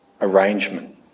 arrangement